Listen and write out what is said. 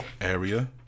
area